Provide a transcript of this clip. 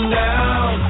down